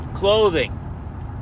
clothing